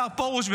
השר פרוש,